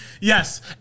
Yes